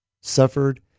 suffered